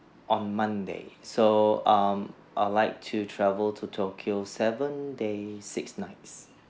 on monday so um I would like to travel to tokyo seven days six nights